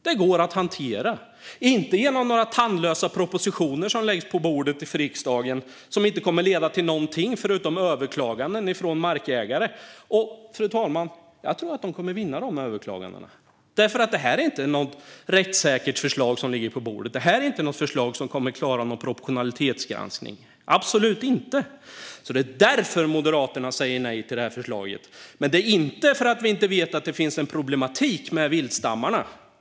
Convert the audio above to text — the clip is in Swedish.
Det går alltså att hantera detta, men inte genom tandlösa propositioner som läggs på riksdagens bord och som inte kommer att leda till någonting förutom överklaganden från markägare. Jag tror dessutom att de kommer att vinna de överklagandena, fru talman. Det är nämligen inte ett rättssäkert förslag som ligger på bordet, och det är inte ett förslag som kommer att klara en proportionalitetsgranskning - absolut inte. Det är därför Moderaterna säger nej till förslaget, inte för att vi inte vet att det finns en problematik med viltstammarna.